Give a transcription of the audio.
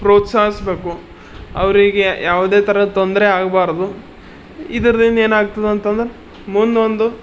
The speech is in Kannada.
ಪ್ರೋತ್ಸಾಹಿಸ್ಬೇಕು ಅವರಿಗೆ ಯಾವುದೇ ಥರ ತೊಂದರೆ ಆಗಬಾರ್ದು ಇದರಿಂದ ಏನಾಗ್ತದೆ ಅಂತಂದ್ರೆ ಮುಂದೊಂದು